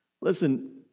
Listen